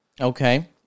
Okay